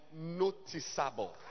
noticeable